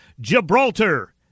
Gibraltar